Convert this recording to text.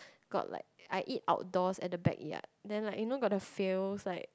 got like I eat outdoors at the backyard then like you know got feels like